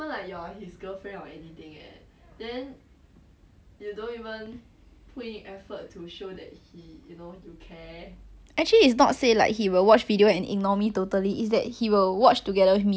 actually it's not say like he will watch video and ignore me totally it's that he will watch together with me then he will talk to me about it but then maybe it's just cause I 心情不好 then I will just 看不爽他做的所有事情